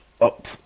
up